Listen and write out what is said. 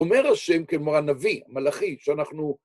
אומר השם כמו הנביא, מלאכי, שאנחנו...